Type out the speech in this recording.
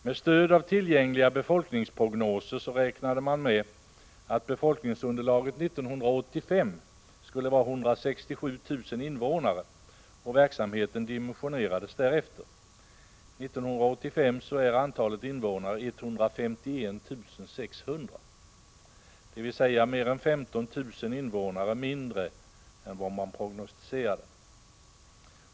Med stöd av tillgängliga befolkningsprognoser räknade man med att befolkningsunderlaget 1985 skulle vara 167 000 invånare, och verksamheten dimensionerades därefter. 1985 är antalet invånare 151 600, dvs. mer än 15 000 invånare färre än vad man prognostiserade.